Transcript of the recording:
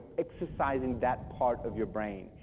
exercising that part of your brain,